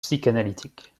psychanalytique